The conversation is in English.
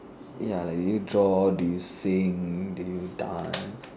ya like did you draw did you sing did you dance